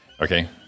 Okay